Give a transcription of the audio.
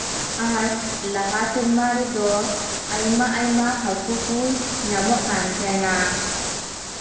ᱟᱨ ᱞᱟᱦᱟ ᱥᱮᱨᱢᱟ ᱨᱮᱫᱚ ᱟᱭᱢᱟᱼᱟᱭᱢᱟ ᱦᱟ ᱠᱩ ᱠᱚ ᱧᱟᱢᱚᱜ ᱠᱟᱱ ᱛᱟᱦᱮᱱᱟ